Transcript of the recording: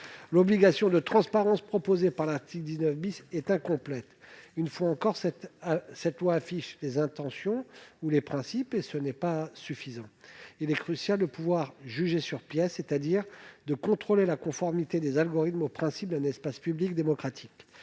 L'obligation de transparence proposée dans l'article 19 est incomplète. Une fois de plus, ce projet de loi affiche des intentions ou des principes, mais cela ne suffit pas. Il est crucial de pouvoir juger sur pièces, c'est-à-dire de pouvoir contrôler la conformité des algorithmes aux principes d'un espace public démocratique.